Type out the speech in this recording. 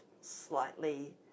slightly